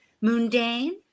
mundane